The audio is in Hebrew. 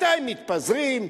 מתי מתפזרים,